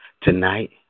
Tonight